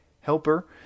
helper